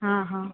हा हा